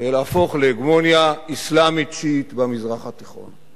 ולהפוך להגמוניה אסלאמית שיעית במזרח התיכון.